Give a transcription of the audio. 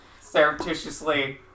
surreptitiously